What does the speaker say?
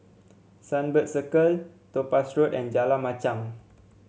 Sunbird Circle Topaz Road and Jalan Machang